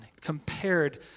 compared